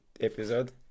episode